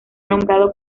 nombrado